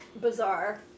bizarre